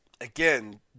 again